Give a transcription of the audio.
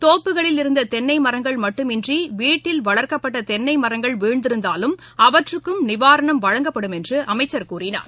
தோப்புகளில் இருந்ததென்னைமரங்கள் வீட்டில் வளர்க்கப்பட்டதென்னைமரங்கள் வீழ்ந்திருந்தாலும் அவற்றுக்கும் நிவாரணம் வழங்கப்படும் என்றுஅவர் கூறினார்